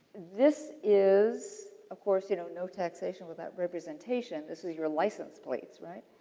this is, of course, you know no taxation without representation, this is your license plates, right.